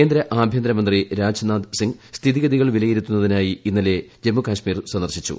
കേന്ദ്ര ആഭ്യന്തര മന്ത്രി രാജ്നാഥ് സിംഗ് സ്ഥിതിഗതികൾ വിലയിരുത്തുന്നതിനായി ഇന്നലെ ജമ്മുകശ്മീർ സന്ദർശിച്ചു